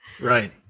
Right